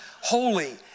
holy